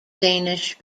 danish